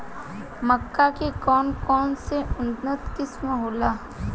मक्का के कौन कौनसे उन्नत किस्म होला?